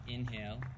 Inhale